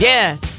Yes